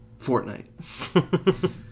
Fortnite